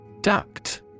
Duct